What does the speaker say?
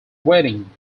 wedding